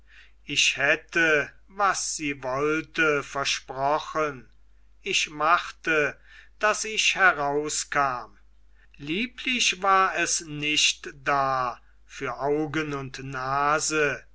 ich hätte was sie wollte versprochen ich machte daß ich herauskam lieblich war es nicht da für augen und nase